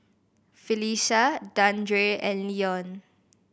Phylicia Dandre and Leon